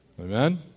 Amen